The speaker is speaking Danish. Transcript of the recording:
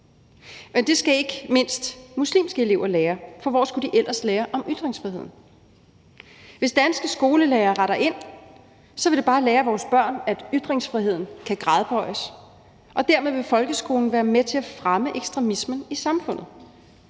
Men det skal ikke mindst muslimske elever lære, for hvor skulle de ellers lære om ytringsfriheden? Hvis danske skolelærere retter ind, vil det bare lære vores børn, at ytringsfriheden kan gradbøjes, og dermed vil folkeskolen være med til at fremme ekstremismen i samfundet.